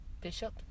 Bishop